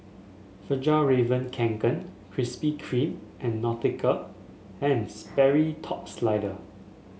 Fjallraven Kanken Krispy Kreme and Nautica And Sperry Top Sider